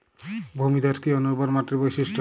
ভূমিধস কি অনুর্বর মাটির বৈশিষ্ট্য?